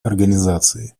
организации